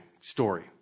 story